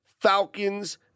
Falcons